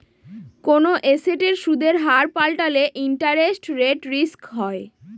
কোনো এসেটের সুদের হার পাল্টালে ইন্টারেস্ট রেট রিস্ক হয়